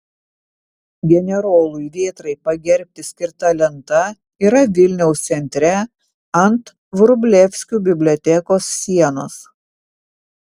generolui vėtrai pagerbti skirta lenta yra vilniaus centre ant vrublevskių bibliotekos sienos